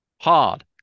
hard